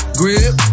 grip